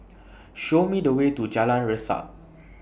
Show Me The Way to Jalan Resak